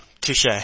touche